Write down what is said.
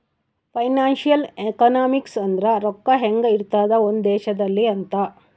financial economics ಅಂದ್ರ ರೊಕ್ಕ ಹೆಂಗ ಇರ್ತದ ಒಂದ್ ದೇಶದಲ್ಲಿ ಅಂತ